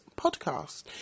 podcast